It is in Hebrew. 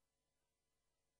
הערבים.